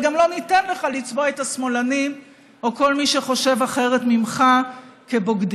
וגם לא ניתן לך לצבוע את השמאלנים או כל מי שחושב אחרת ממך כבוגדים.